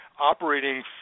operating